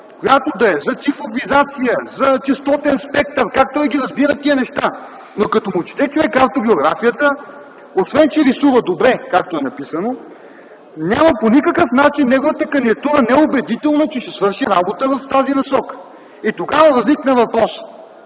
която да е за цифровизация, за честотен спектър, как той разбира тия неща, но като му чете човек автобиографията, освен че рисува добре, както е написано, по никакъв начин неговата кандидатура не е убедителна, че ще свърши работа в тази насока. Тогава възникна въпросът